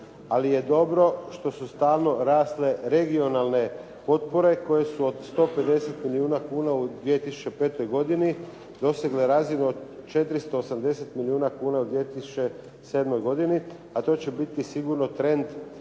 ali je dobro što su stalno rasle regionalne potpore koje su od 150 milijuna kuna u 2005. godini dosegle razinu od 480 milijuna kuna u 2007. godini, a to će biti sigurno trend